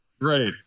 Right